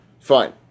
Fine